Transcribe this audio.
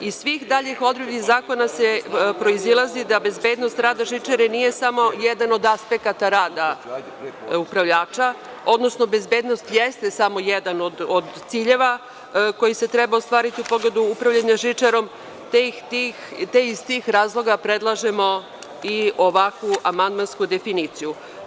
Iz svih daljih odredbi zakona proizilazi da bezbednost rada žičare nije samo jedan od aspekata rada upravljača, odnosno bezbednost jeste samo jedan od ciljeva koji se treba ostvariti u pogledu upravljanja žičarom, te iz tih razloga predlažemo ovakvu amandmansku definiciju.